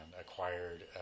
acquired